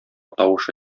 тавышы